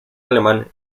alemán